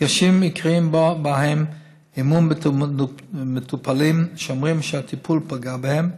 הדגשים העיקריים בה: אמון במטופלים שאומרים שהטיפול פגע בהם,